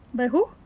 by who